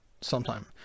sometime